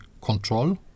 control